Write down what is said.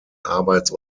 arbeits